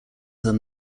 than